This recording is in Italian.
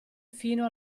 fino